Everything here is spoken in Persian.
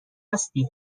هستی